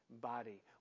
body